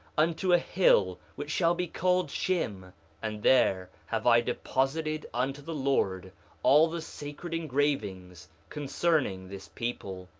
unto a hill which shall be called shim and there have i deposited unto the lord all the sacred engravings concerning this people.